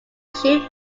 shoot